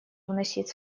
вносить